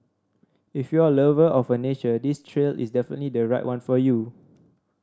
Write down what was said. if you're a lover of a nature this trail is definitely the right one for you